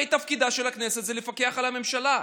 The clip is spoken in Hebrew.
הרי תפקידה של הכנסת זה לפקח על הממשלה.